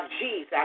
Jesus